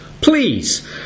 Please